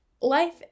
life